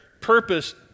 purpose